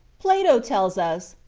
plato tells us,